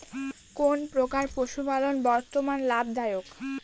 কোন প্রকার পশুপালন বর্তমান লাভ দায়ক?